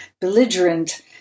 belligerent